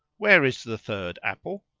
where is the third apple?